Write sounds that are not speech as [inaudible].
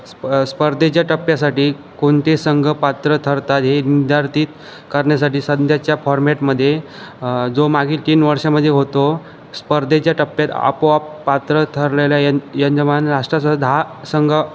स्प स्पर्धेच्या टप्प्यासाठी कोणते संघ पात्र ठरतात हे [unintelligible] करण्यासाठी सध्याच्या फॉरमॅटमध्ये जो मागील तीन वर्षामध्ये होतो स्पर्धेच्या टप्प्यात आपोआप पात्र ठरलेल्या यं यजमान राष्ट्रासह दहा संघ